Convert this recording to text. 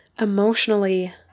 emotionally